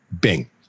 Bing